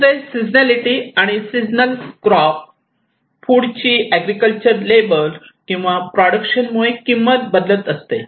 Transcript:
दुसरे seasonality and seasonal crop food ची agriculture labour किंवा प्रोडकशन मूळे किंमत बदलत असते